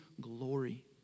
glory